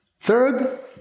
Third